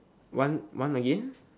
one one again